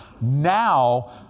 Now